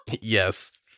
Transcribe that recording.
Yes